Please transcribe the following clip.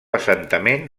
assentament